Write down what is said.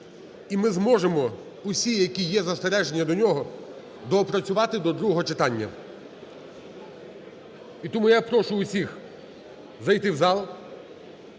І ми зможемо всі, які є застереження до нього, доопрацювати до другого читання. І тому я прошу всіх зайти в зал,